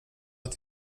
att